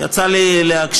יצא לי להקשיב,